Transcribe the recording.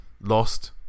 lost